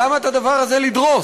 למה את הדבר הזה לדרוס?